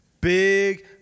big